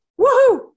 Woohoo